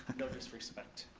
no disrespect.